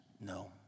No